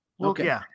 Okay